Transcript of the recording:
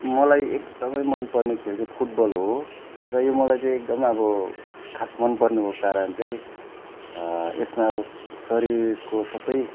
मलाई एकदमै मन पर्ने खेल चाहिँ फुटबल हो र यो मलाई चाहिँ एकदमै अब खास मन पर्नुको कारण चाहिँ यसमा अब शरीरको सबै